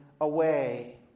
away